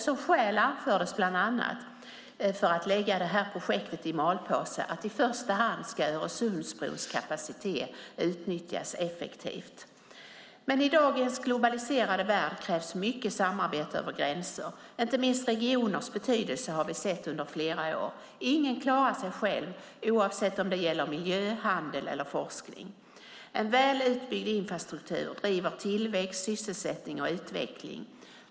Som skäl för att lägga det här projektet i malpåse anförs bland annat att i första hand ska Öresundsbrons kapacitet utnyttjas effektivt. Men i dagens globaliserade värld krävs mycket samarbete över gränser. Inte minst har vi sett regioners betydelse under flera år. Ingen klarar sig själv oavsett om det gäller miljö, handel eller forskning. En väl utbyggd infrastruktur driver tillväxt, sysselsättning och utveckling.